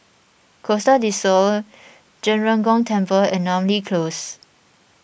Costa del Sol Zhen Ren Gong Temple and Namly Close